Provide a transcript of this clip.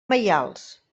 maials